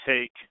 take